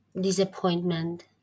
disappointment